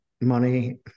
money